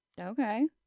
Okay